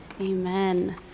Amen